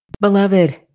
Beloved